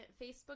Facebook